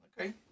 Okay